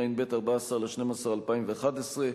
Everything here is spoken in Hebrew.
14 בדצמבר 2011,